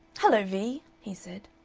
hello, vee! he said.